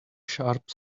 sharp